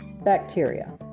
bacteria